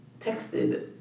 Texted